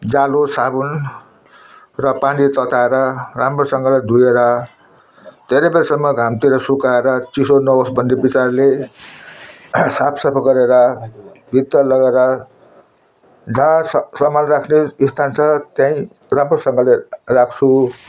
जालो साबुन र पानी तताएर राम्रोसँगले धोएर धेरै बेरसम्म घामतिर सुकाएर चिसो नहोस् भन्ने विचारले साफसफाइ गरेर भित्र लगेर जहाँ सामान राख्ने स्थान छ त्यहीँ राम्रोसँगले राख्छु